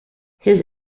his